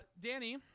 Danny